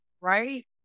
right